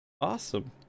awesome